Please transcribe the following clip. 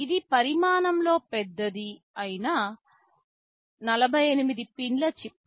ఇది పరిమాణంలో పెద్దది అయిన 48 పిన్లా చిప్